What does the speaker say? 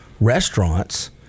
restaurants